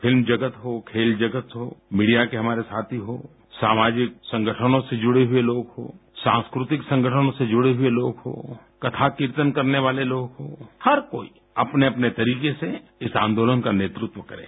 film जगत हो खेल जगत हो मीडिया के हमारे साथी हों सामाजिक संगठनों से जुड़े हुए लोग हों सांस्कृतिक संगठनों से जुड़े हुए लोग हों कथा कीर्तन करने वाले लोग हों हर कोई अपने अपने तरीके से इस आंदोलन का नेतृत्व करें